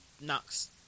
knocks